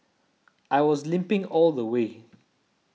I was limping all the way